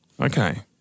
Okay